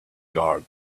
garden